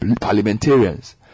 parliamentarians